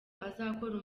azakora